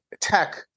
tech